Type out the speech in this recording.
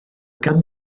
gan